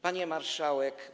Pani Marszałek!